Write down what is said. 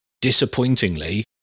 disappointingly